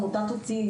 עמותת אותי,